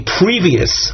previous